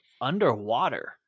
Underwater